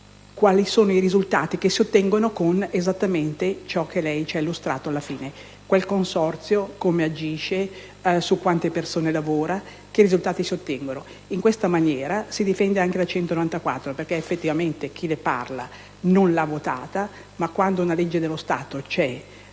quali sono i risultati che si ottengono esattamente con ciò che lei ci ha illustrato alla fine del suo intervento: il consorzio, come agisce, su quante persone lavora, che risultati si ottengono. In questa maniera si difende anche la legge n. 194, perché effettivamente chi le parla non l'ha votata, ma quando una legge dello Stato